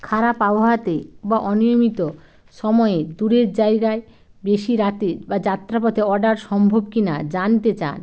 খারাপ আবহাওয়াতে বা অনিয়মিত সময়ে দূরের জায়গায় বেশি রাতে বা যাত্রা পথে অডার সম্ভব কি না জানতে চান